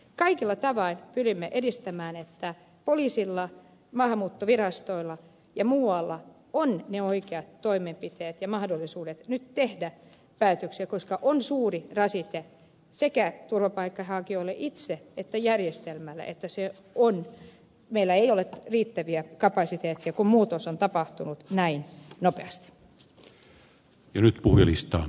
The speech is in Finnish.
kaikilla tavoin pyrimme edistämään että poliisilla maahanmuuttovirastolla ja muualla on mahdollisuudet nyt tehdä päätöksiä ja ne oikeat toimenpiteet koska on suuri rasite sekä turvapaikanhakijoille itselleen että järjestelmälle että meillä ei ole riittäviä kapasiteetteja kun muutos on tapahtunut näin nopeasti